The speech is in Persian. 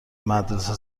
مدرسه